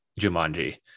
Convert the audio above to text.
Jumanji